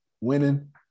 winning